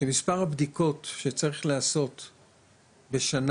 שמספר הבדיקות שצריך לעשות בשנה,